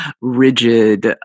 rigid